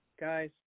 Guys